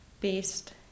based